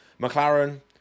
McLaren